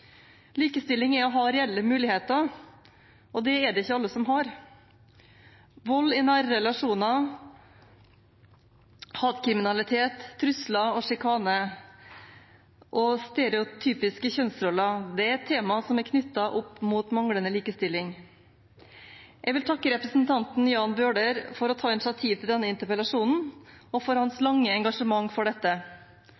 Likestilling er å ha reelle muligheter, og det er det ikke alle som har. Vold i nære relasjoner, hatkriminalitet, trusler og sjikane og stereotypiske kjønnsroller er temaer som er knyttet opp mot manglende likestilling. Jeg vil takke representanten Jan Bøhler for å ta initiativ til denne interpellasjonen og for hans